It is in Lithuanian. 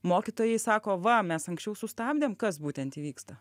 mokytojai sako va mes anksčiau sustabdėm kas būtent įvyksta